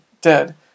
dead